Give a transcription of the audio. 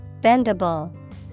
Bendable